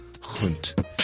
Hunt